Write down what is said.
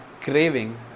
Craving